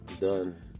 done